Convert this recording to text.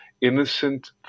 innocent